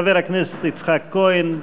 חבר הכנסת יצחק כהן,